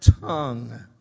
tongue